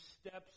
steps